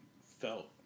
felt